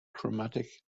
chromatic